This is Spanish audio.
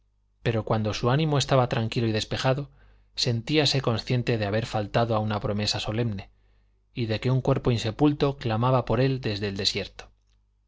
pero cuando su ánimo estaba tranquilo y despejado sentíase consciente de haber faltado a una promesa solemne y de que un cuerpo insepulto clamaba por él desde el desierto